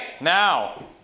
Now